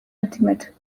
ultimate